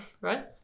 right